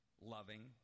loving